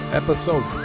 episode